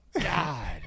God